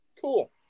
Cool